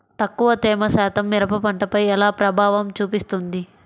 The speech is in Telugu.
తక్కువ తేమ శాతం మిరప పంటపై ఎలా ప్రభావం చూపిస్తుంది?